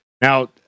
Now